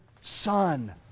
son